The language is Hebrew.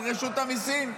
על רשות המיסים.